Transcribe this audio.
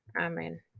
Amen